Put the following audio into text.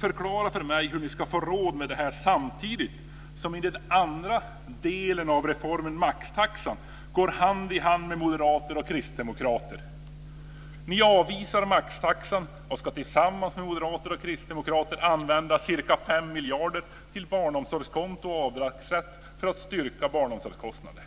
förklara för mig hur ni ska få råd med detta, samtidigt som ni i den andra delen av reformen - maxtaxan - går hand i hand med moderater och kristdemokrater! Ni avvisar maxtaxan och ska tillsammans med moderater och kristdemokrater använda ca 5 miljarder till barnomsorgskonto och avdragsrätt för styrkta barnomsorgskostnader.